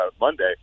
Monday